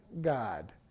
God